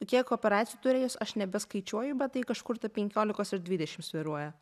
kiek operacijų turėjus aš nebeskaičiuoju bet tai kažkur tarp penkiolikos ir dvidešimt svyruoja